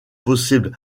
possibles